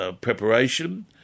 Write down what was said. preparation